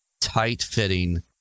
tight-fitting